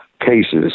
cases